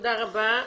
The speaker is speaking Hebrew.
תודה רבה.